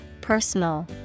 personal